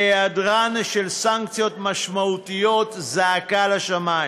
והיעדרן של סנקציות משמעותיות זעק לשמים.